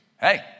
Hey